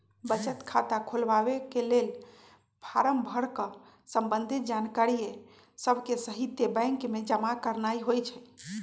बचत खता खोलबाके लेल फारम भर कऽ संबंधित जानकारिय सभके सहिते बैंक में जमा करनाइ होइ छइ